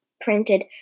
printed